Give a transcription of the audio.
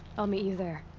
i'll meet you there.